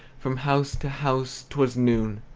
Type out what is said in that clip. from house to house t was noon.